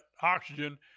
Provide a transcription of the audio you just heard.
oxygen